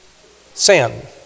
sin